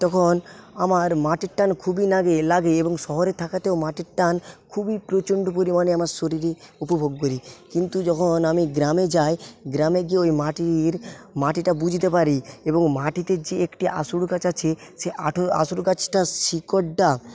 তখন আমার মাটির টান খুবই নাকে লাগে এবং শহরে থাকাতেও মাটির টান খুবই প্রচণ্ড পরিমাণে আমার শরীরে উপভোগ করি কিন্তু যখন আমি গ্রামে যাই গ্রামে গিয়ে ওই মাটির মাটিটা বুঝতে পারি এবং মাটিতে যে একটি আশুর গাছ আছে সেই আটুর আশুর গাছটা শিকড়ডা